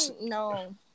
no